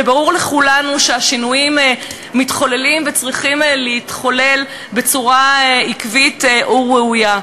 וברור לכולנו שהשינויים מתחוללים וצריכים להתחולל בצורה עקבית וראויה.